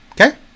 Okay